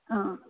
ആ